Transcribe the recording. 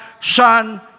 son